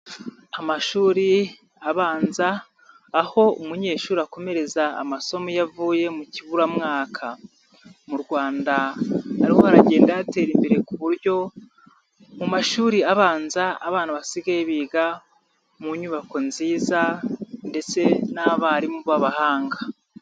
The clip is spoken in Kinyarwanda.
Amashuri abanza, aho umunyeshuri akomereza amasomo iyo avuye mu kiburamwaka, mu Rwanda harimo haragenda hatera imbere, ku buryo mu mashuri abanza, abana basigaye biga mu nyubako nziza ndetse n'abarimu b'abahanga.